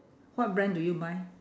what brand do you buy